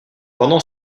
pendant